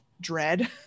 dread